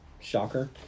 Shocker